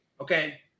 Okay